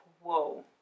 whoa